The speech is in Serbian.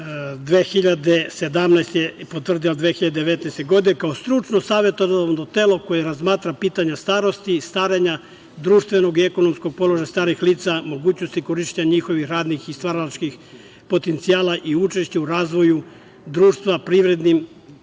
2017. je potvrdila 2019. godine, kao stručno savetodavno telo koje razmatra pitanja starosti, starenja, društvenog i ekonomskog položaja starih lica, mogućnosti korišćenja njihovih radnih i stvaralačkih potencijala i učešće u razvoju društva, privrednom